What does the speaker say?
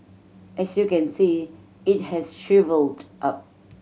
as you can see it has shrivelled up